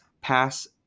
pass